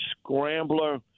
scrambler